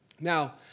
Now